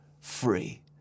free